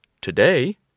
today